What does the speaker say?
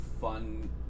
fun